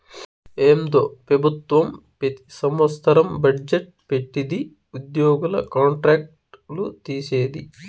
ఏందో పెబుత్వం పెతి సంవత్సరం బజ్జెట్ పెట్టిది ఉద్యోగుల కాంట్రాక్ట్ లు తీసేది